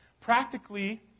Practically